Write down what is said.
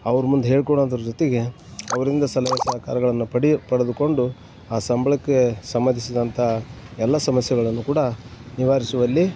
ಅವ್ರ ಮುಂದೆ ಹೇಳ್ಕೊಳ್ಳೋದ್ರ ಜೊತೆಗೆ ಅವರಿಂದ ಸಲಹೆ ಸಹಕಾರಗಳನ್ನ ಪಡಿಯು ಪಡೆದುಕೊಂಡು ಆ ಸಂಬಳಕ್ಕೆ ಸಂಬಂಧಿಸಿದಂಥ ಎಲ್ಲ ಸಮಸ್ಯೆಗಳನ್ನು ಕೂಡ ನಿವಾರಿಸುವಲ್ಲಿ